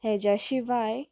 हेज्या शिवाय